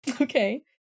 Okay